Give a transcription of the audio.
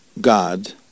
God